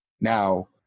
Now